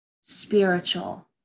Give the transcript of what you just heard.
spiritual